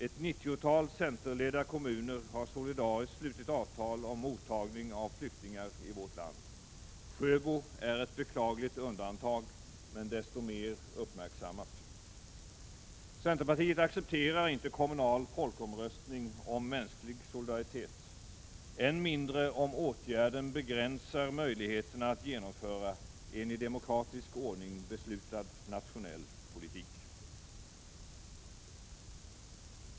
Ett nittiotal centerledda kommuner har solidariskt slutit avtal om mottagning av flyktingar i vårt land. Sjöbo är ett beklagligt undantag, men desto mer uppmärksammat. Centerpartiet accepterar inte kommunal folkomröstning om mänsklig solidaritet, än mindre om åtgärden begränsar möjligheterna att genomföra en i en demokratisk ordning beslutad nationell politik.